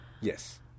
Yes